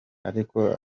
ariko